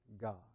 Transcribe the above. God